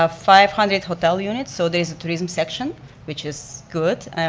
ah five hundred hotel units, so there's a tourism section which is good.